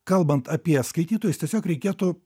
kalbant apie skaitytojus tiesiog reikėtų